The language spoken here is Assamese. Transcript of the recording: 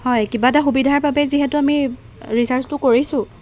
হয় কিবা এটা সুবিধাৰ বাবে যিহেতু আমি ৰিচাৰ্জটো কৰিছোঁ